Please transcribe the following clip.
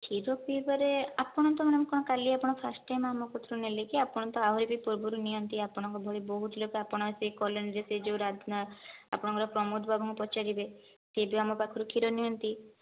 କ୍ଷୀର ପିଇବାରେ ଆପଣ ତ ମାଡ଼ାମ କ'ଣ କାଲି ଆପଣ ଫାଷ୍ଟ ଟାଇମ୍ ଆମ କତରୁ ନେଲେକି ଆପଣ ତ ଆହୁରି ବି ପୂର୍ବରୁ ନିଅନ୍ତି ଆପଣଙ୍କ ଭଳି ବହୁତଲୋକ ଆପଣଙ୍କ ସେହି କଲୋନୀ ଯେ ସେ ଯେଉଁ ରାଧନାଥ ଆପଣଙ୍କ ପ୍ରମୋଦ ବାବୁଙ୍କୁ ପଚାରିବେ ସେ ବି ଆମ ପାଖରୁ କ୍ଷୀର ନିଅନ୍ତି